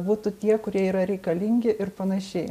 būtų tie kurie yra reikalingi ir panašiai